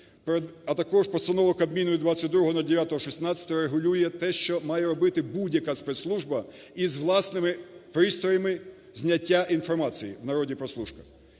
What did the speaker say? а також Постанова Кабміну від 22.09.16-го регулює те, що має робити будь-яка спецслужба із власними пристроями зняття інформації (в народі – "прослушка").